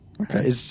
Okay